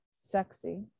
sexy